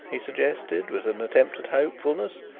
he suggested, with an attempt at hopefulness.